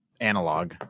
analog